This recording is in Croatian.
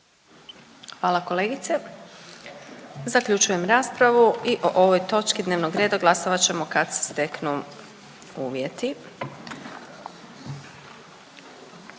Hvala kolegice. Zaključujem raspravu i o ovoj točki dnevnog reda glasovat ćemo kad se steknu uvjeti.